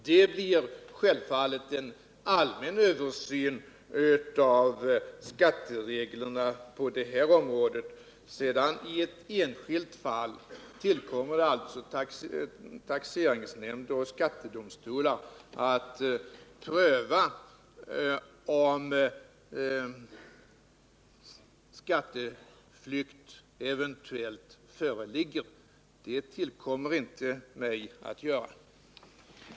Det blir självfallet en allmän översyn av skattereglerna på det området. I enskilda fall tillkommer det sedan taxeringsnämnder och skattedomstolar att pröva om skatteflykt föreligger. Det tillkommer inte mig att göra det.